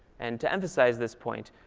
and to emphasize this point,